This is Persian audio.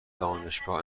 دانشگاه